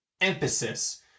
emphasis